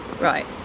Right